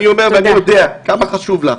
אני אומר ואני יודע כמה חשוב לך